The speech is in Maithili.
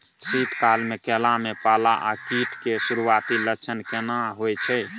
शीत काल में केला में पाला आ कीट के सुरूआती लक्षण केना हौय छै?